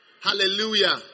Hallelujah